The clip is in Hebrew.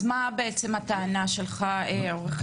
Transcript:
אז מה בעצם הטענה שלך עו"ד אובוז?